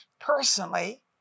personally